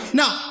now